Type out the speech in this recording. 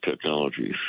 technologies